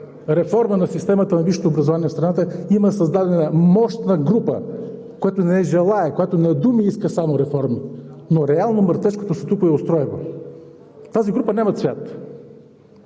реформа на системата на висшето образование в страната има създадена мощна група, която не желае и само на думи иска реформи, но реално мъртвешкото статукво я устройва. Тази група няма цвят,